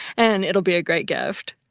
and it will be a great gift!